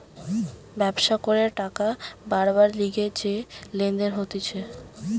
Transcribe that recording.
ব্যবসা করে টাকা বারবার লিগে যে লেনদেন হতিছে